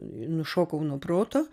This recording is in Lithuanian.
nušokau nuo proto